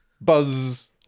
Buzz